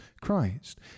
Christ